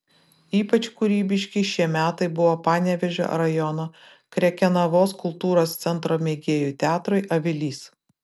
ypač kūrybiški šie metai buvo panevėžio rajono krekenavos kultūros centro mėgėjų teatrui avilys